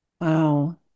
Wow